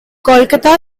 kolkata